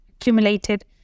accumulated